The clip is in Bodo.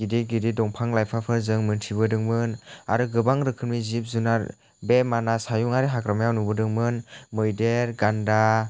गिदिर गिदिर दंफां लाइफांफोर जों मोनथिबोदोंमोन आरो गोबां रोखोमनि जिब जुनार बे मानास हायुंआरि हाग्रामायाव नुबोदोंमोन मैदेर गान्दा